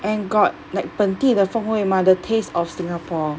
and got like 本地的风味 mah the taste of singapore